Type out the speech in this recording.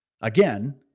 again